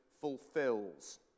fulfills